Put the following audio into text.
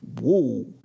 whoa